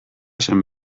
zen